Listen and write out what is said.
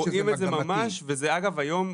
רואים את זה ממש וזה אגב היום,